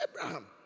Abraham